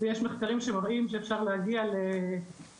יש מחקרים שמראים שאפשר להגיע לפוטנציאל